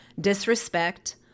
disrespect